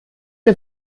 mir